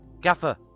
Gaffer